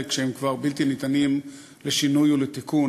כשהם כבר בלתי ניתנים לשינוי או לתיקון.